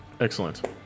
Excellent